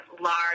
large